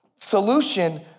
solution